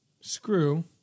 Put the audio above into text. screw